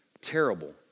terrible